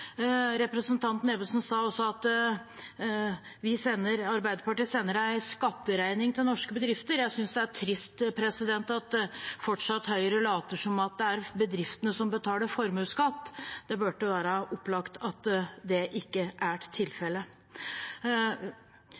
Representanten Ebbesen sa også at Arbeiderpartiet sender en skatteregning til norske bedrifter. Jeg synes det er trist at Høyre fortsatt later som om det er bedriftene som betaler formuesskatt. Det burde være opplagt at det ikke er tilfellet.